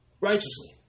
Righteously